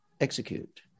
execute